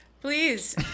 please